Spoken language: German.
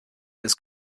des